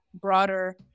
broader